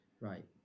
right